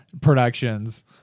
Productions